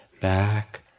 back